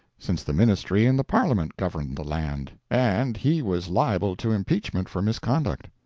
since the ministry and the parliament governed the land, and he was liable to impeachment for misconduct.